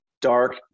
dark